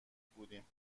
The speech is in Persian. بودیم